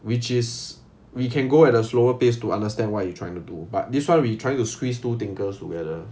which is we can go at a slower pace to understand what you trying to do but this one we trying to squeeze two thinkers together